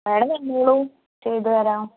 madam വന്നോളൂ ചെയ്ത തരാം